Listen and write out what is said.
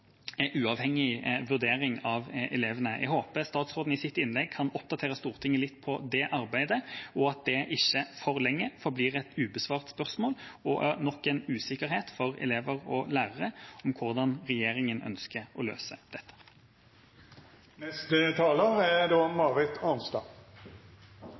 uavhengig vurdering av elevene. Jeg håper statsråden i sitt innlegg kan oppdatere Stortinget litt på det arbeidet, og at det ikke for lenge forblir et ubesvart spørsmål og nok en usikkerhet for elever og lærere om hvordan regjeringa ønsker å løse